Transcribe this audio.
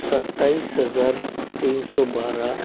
सत्ताईस हज़ार तीन सौ बाराह